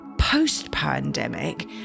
post-pandemic